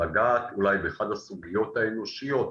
לגעת אולי באחת הסוגיות האנושיות,